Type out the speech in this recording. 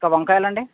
ఇక వంకాయలు అండి